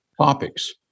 topics